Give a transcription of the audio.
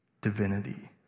divinity